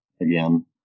again